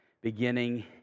beginning